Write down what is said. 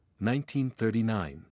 1939